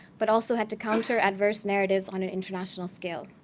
but also had to counter adverse narratives on an international scale.